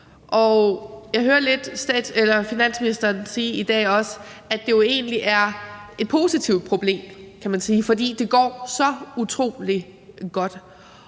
Og jeg hører lidt finansministeren sige i dag også, at det jo egentlig er et positivt problem, kan man sige, fordi det går så utrolig godt.